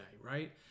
right